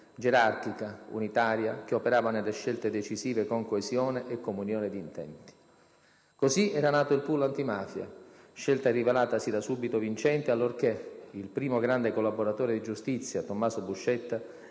gerarchica, unitaria, che operava nelle scelte decisive con coesione e comunione di intenti. Così era nato il *pool* antimafia, scelta rivelatasi da subito vincente, allorché il primo grande collaboratore di giustizia, Tommaso Buscetta,